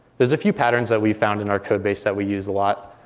there's a few patterns that we found in our codebase that we use a lot.